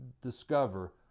discover